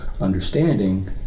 understanding